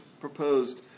proposed